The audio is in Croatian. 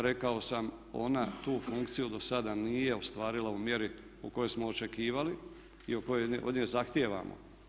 Rekao sam ona tu funkciju do sada nije ostvarila u mjeri u kojoj smo očekivali i koju od nje zahtijevamo.